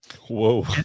Whoa